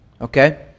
Okay